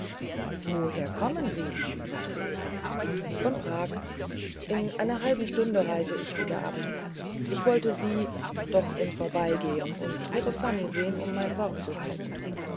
woher kommen sie fragte ich von prag in einer halben stunde reise ich wieder ab ich wollte sie doch im vorbeigehen und ihre fanny sehen um mein wort zu halten